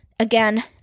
Again